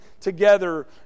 together